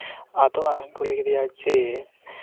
ᱟᱫᱚ ᱟᱨᱦᱚᱧ ᱠᱩᱞᱤ ᱠᱮᱫᱮᱭᱟ ᱡᱮ